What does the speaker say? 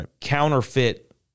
counterfeit